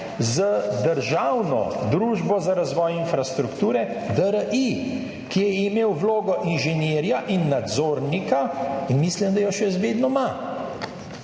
z državno družbo za razvoj infrastrukture, DRI, ki je imel vlogo inženirja in nadzornika in mislim, da jo še vedno ima.